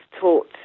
taught